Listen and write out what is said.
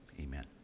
Amen